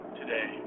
today